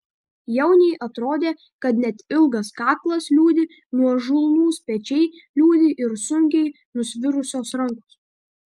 jauniui atrodė kad net ilgas kaklas liūdi nuožulnūs pečiai liūdi ir sunkiai nusvirusios rankos